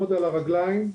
הדיון.